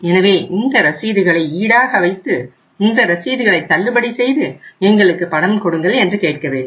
எனவே இந்த ரசீதுகளை ஈடாக வைத்து இந்த ரசீதுகளை தள்ளுபடி செய்து எங்களுக்கு பணம் கொடுங்கள் என்று கேட்கவேண்டும்